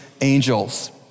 angels